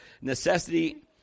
necessity